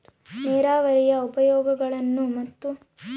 ನೇರಾವರಿಯ ಉಪಯೋಗಗಳನ್ನು ಮತ್ತು?